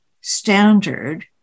standard